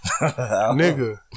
Nigga